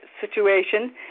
situation